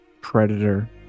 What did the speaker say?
predator